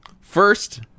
First